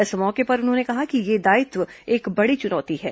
इस मौके पर उन्होंने कहा कि यह दायित्व एक बड़ी चुनौती है